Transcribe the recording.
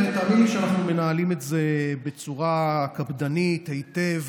ותאמין לי שאנחנו מנהלים את זה בצורה קפדנית והיטב.